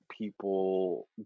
people